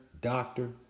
doctor